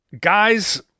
guys